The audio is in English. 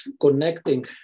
connecting